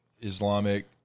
Islamic